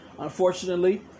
Unfortunately